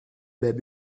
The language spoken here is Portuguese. bebe